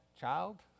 child